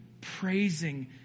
praising